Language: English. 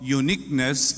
uniqueness